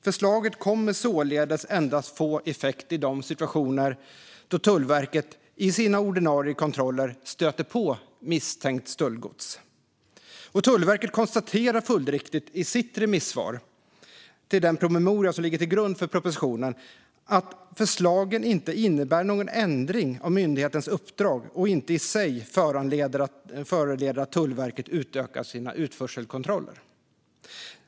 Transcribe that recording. Förslaget kommer således endast att få effekt i de situationer då Tullverket i sina ordinarie kontroller stöter på misstänkt stöldgods. Tullverket konstaterar följdriktigt i sitt remissvar till den promemoria som ligger till grund för propositionen att förslagen inte innebär någon ändring av myndighetens uppdrag och inte i sig föranleder att Tullverket utökar sina utförselkontroller.